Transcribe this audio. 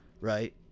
Right